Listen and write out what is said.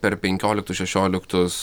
per penkioliktus šešioliktus